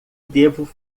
devo